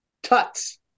tuts